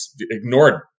ignored